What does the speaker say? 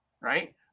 Right